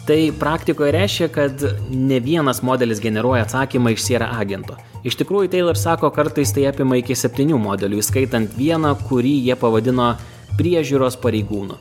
tai praktikoj reiškia kad ne vienas modelis generuoja atsakymą iš sierra agento iš tikrųjų teilor sako kartais tai apima iki septynių modelių įskaitant vieną kurį jie pavadino priežiūros pareigūnu